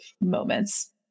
moments